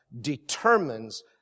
determines